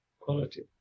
quality